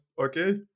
okay